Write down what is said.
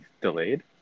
delayed